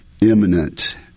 imminent